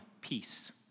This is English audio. peace